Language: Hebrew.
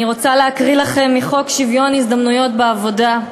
אני רוצה להקריא לכם מחוק שוויון ההזדמנויות בעבודה: